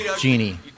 genie